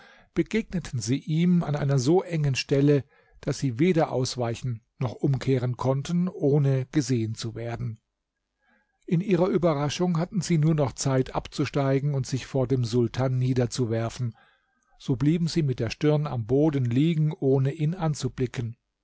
begegneten sie ihm an einer so engen stelle daß sie weder ausweichen noch umkehren konnten ohne gesehen zu werden in ihrer überraschung hatten sie nur noch zeit abzusteigen und sich vor dem sultan niederzuwerfen so blieben sie mit der stirn am boden liegen ohne ihn anzublicken